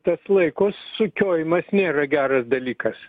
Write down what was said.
tas laiko sukiojimas nėra geras dalykas